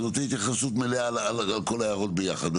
אני רוצה התייחסות מלאה על כל ההערות ביחד,